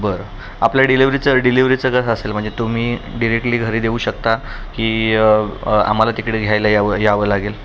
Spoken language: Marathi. बरं आपल्या डिलेवरीचं डिलिव्हरीचं कसं असेल म्हणजे तुम्ही डिरेक्टली घरी देऊ शकता की आम्हाला तिकडे घ्यायला यावं यावं लागेल